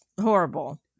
horrible